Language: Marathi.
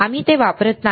आम्ही ते वापरत नाही